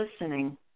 listening